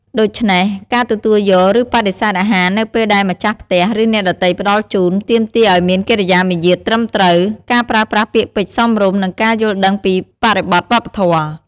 ដូច្នេះ ការទទួលយក ឬបដិសេធអាហារនៅពេលដែលម្ចាស់ផ្ទះ ឬអ្នកដទៃផ្តល់ជូន ទាមទារឲ្យមានកិរិយាមារយាទត្រឹមត្រូវ ការប្រើប្រាស់ពាក្យពេចន៍សមរម្យ និងការយល់ដឹងពីបរិបទវប្បធម៌។